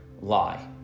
lie